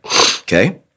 okay